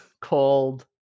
called